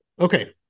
Okay